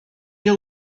nie